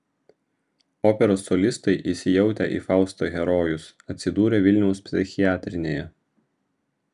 operos solistai įsijautę į fausto herojus atsidūrė vilniaus psichiatrinėje